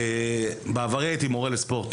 הספורט